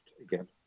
again